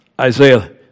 Isaiah